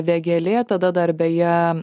vėgėlė tada dar beje